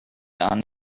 done